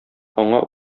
аңа